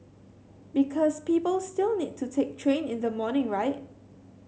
because people still need to take train in the morning right